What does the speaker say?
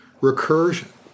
recursion